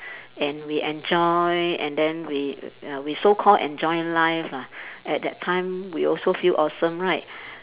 and we enjoy and then we uh we so called enjoy life lah at the time we also feel awesome right